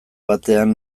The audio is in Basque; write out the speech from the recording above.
batean